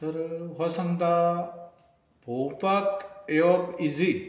तर हो सांगता पोंवपाक येवप इजी